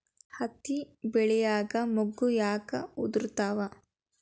ಹತ್ತಿ ಬೆಳಿಯಾಗ ಮೊಗ್ಗು ಯಾಕ್ ಉದುರುತಾವ್?